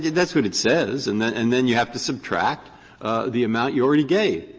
that's what it says. and then and then you have to subtract the amount you already gave,